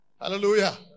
Hallelujah